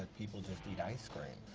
people just eat ice cream.